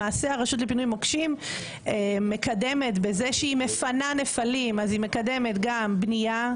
למעשה הרשות לפינוי מוקשים בזה שהיא מפנה נפלים אז היא מקדמת גם בנייה,